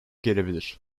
gelebilir